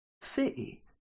city